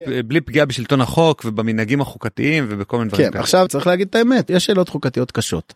‫בלי פגיעה בשלטון החוק, ‫ובמנהגים החוקתיים, ובכל מיני דברים. ‫כן, עכשיו צריך להגיד את האמת, ‫יש שאלות חוקתיות קשות.